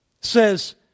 says